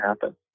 happen